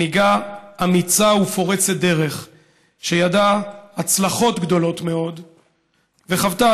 מנהיגה אמיצה ופורצת דרך שידעה הצלחות גדולות מאוד וחוותה,